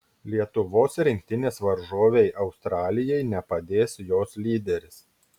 lietuvos rinktinės varžovei australijai nepadės jos lyderis